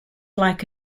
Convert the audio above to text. like